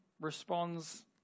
responds